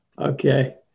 Okay